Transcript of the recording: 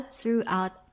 throughout